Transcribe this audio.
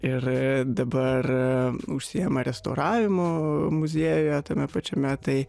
ir dabar užsiima restauravimu muziejuje tame pačiame tai